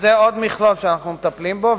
וזה עוד מכלול שאנחנו מטפלים בו.